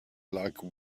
like